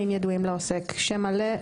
אם ידועים לעוסק: שם מלא,